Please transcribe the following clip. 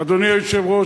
אדוני היושב-ראש,